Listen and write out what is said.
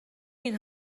این